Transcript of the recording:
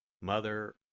Mother